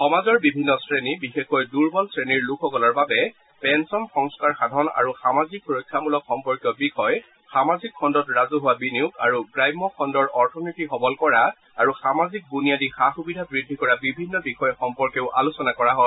সমাজৰ বিভিন্ন শ্ৰেণী বিশেষকৈ দুৰ্বল শ্ৰেণীৰ লোকসকলৰ বাবে পেঞ্চন সংস্কাৰ সাধন আৰু সামাজিক সূৰক্ষামূলক সম্পৰ্কীয় বিষয় সামাজিক খণ্ডত ৰাজহুৱা বিনিয়োগ আৰু গ্ৰাম্য খণ্ডৰ অথনীতি সবল কৰা আৰু সামাজিক বুনিয়াদী সা সূবিধা বৃদ্ধি কৰা বিভিন্ন বিষয় সম্পৰ্কেও আলোচনা কৰা হয়